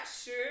sure